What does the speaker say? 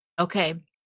Okay